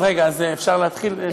אז רגע, אז אפשר להתחיל?